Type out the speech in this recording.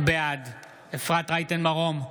בעד אפרת רייטן מרום,